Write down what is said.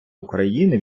україни